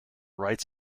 rights